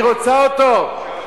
היא רוצה אותו,